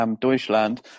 Deutschland